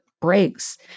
breaks